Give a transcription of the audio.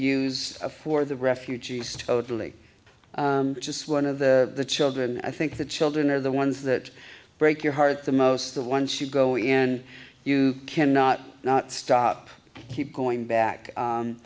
used for the refugees totally just one of the children i think the children are the ones that break your heart the most the once you go in you cannot stop keep going back